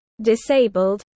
disabled